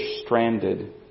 stranded